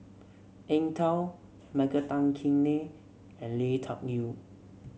Eng Tow Michael Tan Kim Nei and Lui Tuck Yew